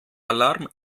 alarm